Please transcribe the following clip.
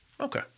Okay